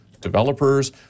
developers